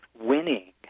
winning